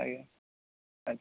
ଆଜ୍ଞା ଆଜ୍ଞା